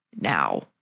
now